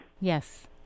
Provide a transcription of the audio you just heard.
Yes